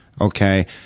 okay